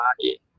body